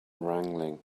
wrangling